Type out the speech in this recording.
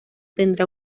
tendrá